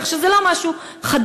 כך שזה לא משהו חדש.